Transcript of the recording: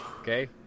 Okay